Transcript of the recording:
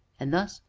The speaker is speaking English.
and thus,